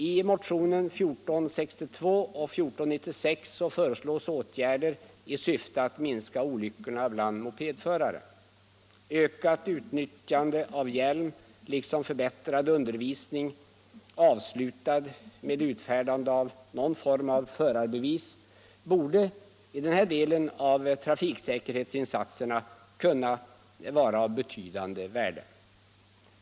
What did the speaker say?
I motionerna 1462 och 1496 föreslås åtgärder i syfte att minska olyckorna bland mopedförare. Ökat utnyttjande av hjälm liksom förbättrad undervisning, avslutad med utfärdande av någon form av förarbevis, borde i den här delen av trafiksäkerhetsinsatserna kunna vara av betydande värde.